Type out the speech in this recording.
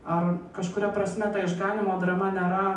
ar kažkuria prasme ta išganymo drama nėra